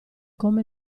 come